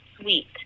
sweet